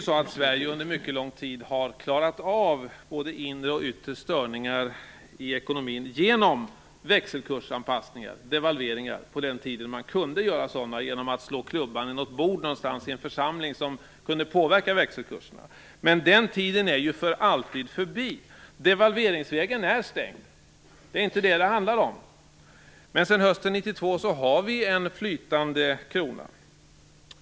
Sverige har under mycket lång tid klarat av både inre och yttre störningar i ekonomin genom växelkursanpassningar och devalveringar, på den tiden man kunde göra sådana genom att slå klubban i något bord någonstans i en församling som kunde påverka växelkurserna. Men den tiden är ju för alltid förbi. Devalveringsvägen är stängd. Det är inte det som det handlar om. Men sedan hösten 1992 har vi en flytande krona.